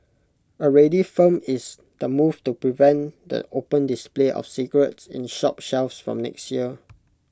already firm is the move to prevent the open display of cigarettes in shop shelves from next year